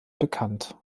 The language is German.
bekannt